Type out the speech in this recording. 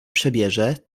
przebierze